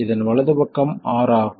இதன் வலது பக்கம் R ஆகும்